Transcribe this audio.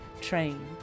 train